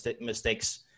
mistakes